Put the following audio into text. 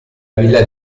villa